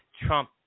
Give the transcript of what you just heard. Trump